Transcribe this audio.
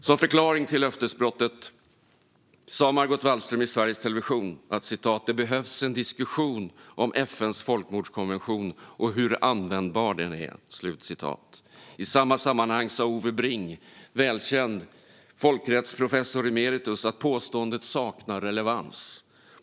Som förklaring till löftesbrottet sa Margot Wallström i Sveriges Television att det behövs "en diskussion om folkmordskonventionen och hur användbar den är". I samma sammanhang sa Ove Bring, välkänd folkrättsprofessor emeritus, att påståendet "saknar relevans".